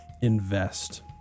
invest